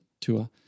tour